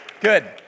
good